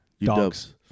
Dogs